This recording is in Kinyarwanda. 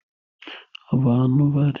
Abantu batandukanye harimo n'abafite ubumuga.